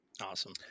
awesome